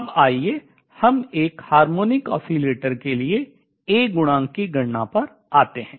अब आइए हम एक हार्मोनिक ऑसिलेटर के लिए A गुणांक की गणना पर आते हैं